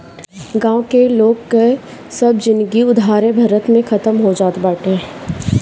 गांव के लोग कअ सब जिनगी उधारे भरत में खतम हो जात बाटे